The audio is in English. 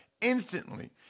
instantly